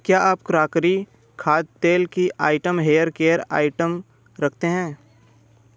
क्या आप क्राकरी खाद्य तेल की आइटम हेयर केयर आइटम रखते हैं